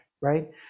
right